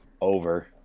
Over